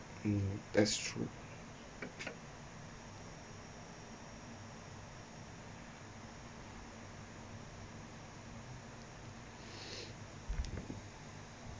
um that's true